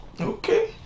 Okay